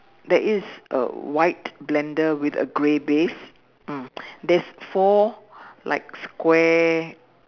there is a white blender with a grey base mm there's four like square